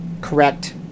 correct